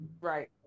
right